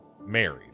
married